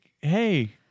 hey